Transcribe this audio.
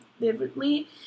vividly